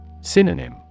Synonym